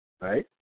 right